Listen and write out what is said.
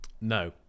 No